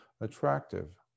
attractive